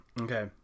Okay